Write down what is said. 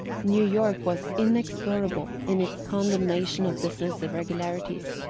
new york was inexorable in its condemnation of business irregularities.